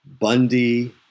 Bundy